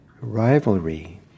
rivalry